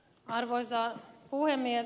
arvoisa puhemies